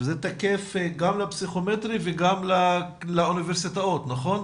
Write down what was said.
זה תקף גם לפסיכומטרי וגם לאוניברסיטאות, נכון?